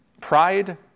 Pride